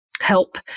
help